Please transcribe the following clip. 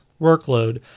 workload